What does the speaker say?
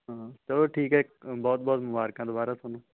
ਹਾਂ ਚਲੋ ਠੀਕ ਹੈ ਇਕ ਬਹੁਤ ਬਹੁਤ ਮੁਬਾਰਕਾਂ ਦੁਬਾਰਾ ਤੁਹਾਨੂੰ